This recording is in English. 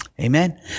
Amen